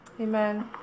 Amen